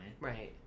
Right